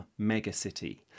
megacity